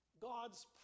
God's